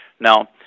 Now